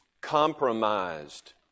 compromised